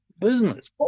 business